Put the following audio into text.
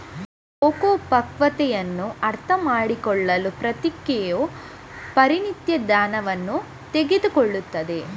cocoa ಪಕ್ವತೆಯನ್ನು ಅರ್ಥಮಾಡಿಕೊಳ್ಳಲು ಪ್ರಕ್ರಿಯೆಯು ಪರಿಣಿತ ಜ್ಞಾನವನ್ನು ತೆಗೆದುಕೊಳ್ಳುತ್ತದೆ